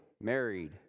married